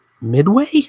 Midway